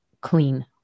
clean